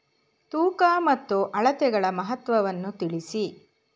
ತೂಕ ಮತ್ತು ಅಳತೆಗಳ ಮಹತ್ವವನ್ನು ತಿಳಿಸಿ?